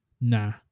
Nah